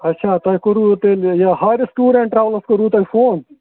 اَچھا تۄہہِ کوٚروٕ تیٚلہِ یہِ ہارِس ٹوٗر اینٛڈ ٹرٛاولٕز کوٚروٕ تۄہہِ فون